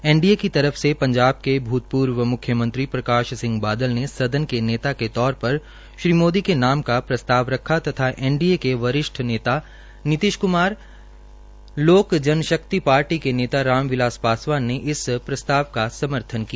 NDA की तरफ से पंजाब के भूतपूर्व मुख्यमंत्री प्रकाश सिंह बादल ने सदन के नेता के तौर पर श्री मोदी के नाम का प्रस्ताव रखा तथा एनडीए के वरिष्ठ नेता नीतिश कुमार लोक जन शक्ति पार्टी के नेता राम बिलास पासवान ने इस प्रस्तावका समर्थन किया